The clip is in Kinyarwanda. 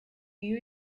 iyo